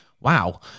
wow